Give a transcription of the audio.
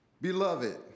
Beloved